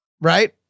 Right